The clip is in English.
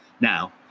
Now